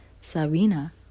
Sabina